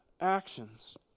actions